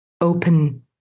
open